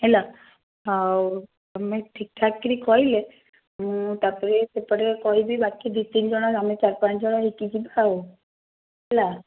ହେଲା ଆଉ ତମେ ଠିକ୍ଠାକ୍ କରି କହିଲେ ମୁଁ ତାପରେ ସେପଟେ କହିବି ବାକି ଦୁଇ ତିନି ଜଣ ଆମେ ଚାରି ପାଞ୍ଚ ଜଣ ମିଶିକି ଯିବା ଆଉ ହେଲା